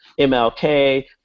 MLK